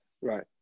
right